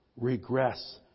regress